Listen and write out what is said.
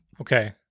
Okay